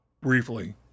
briefly